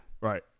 right